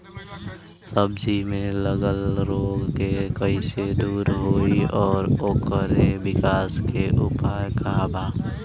सब्जी में लगल रोग के कइसे दूर होयी और ओकरे विकास के उपाय का बा?